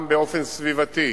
גם באופן סביבתי,